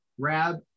grab